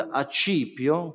acipio